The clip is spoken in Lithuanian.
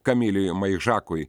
kamilijui maižakui